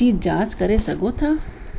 जी जांचु करे सघो था